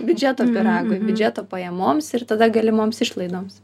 biudžeto pyragui biudžeto pajamoms ir tada galimoms išlaidoms